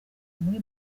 muri